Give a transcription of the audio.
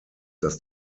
dass